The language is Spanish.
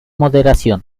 moderación